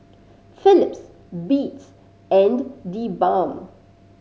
Philips Beats and TheBalm